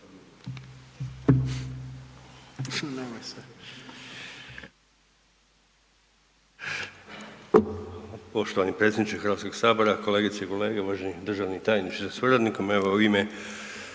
Poštovani predsjedniče HS-a, kolegice i kolege, uvaženi državni tajniče sa suradnikom. Evo u ime